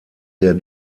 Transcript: der